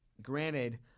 granted